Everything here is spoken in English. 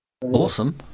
Awesome